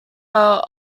are